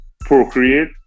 procreate